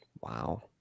Wow